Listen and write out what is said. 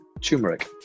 turmeric